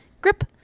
grip